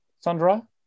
Sandra